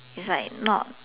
it's like not